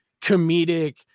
comedic